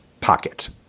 pocket